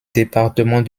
département